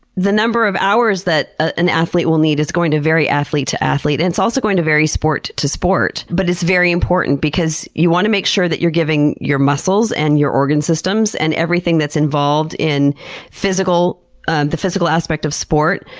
the number of hours that an athlete will need is going to vary athlete to athlete, and it's also going to vary sport to sport. but it's very important because you want to make sure that you're giving your muscles and your organ systems and everything that's involved in ah the physical aspect of sport,